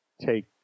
take